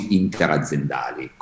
interaziendali